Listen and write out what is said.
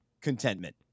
contentment